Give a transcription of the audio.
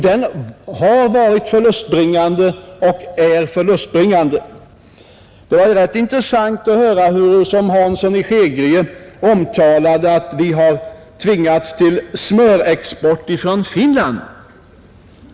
Det var rätt intressant att höra hurusom herr Hansson i Skegrie omtalade att vi har tvingats till smörimport från Finland.